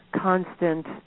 constant